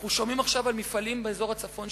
אנחנו שומעים עכשיו שנסגרים מפעלים באזור הצפון,